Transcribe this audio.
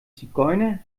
zigeuner